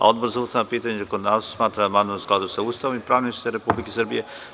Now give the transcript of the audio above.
Odbor za ustavna pitanja i zakonodavstvo smatra da je amandman u skladu sa Ustavom i pravnim sistemom Republike Srbije.